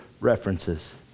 references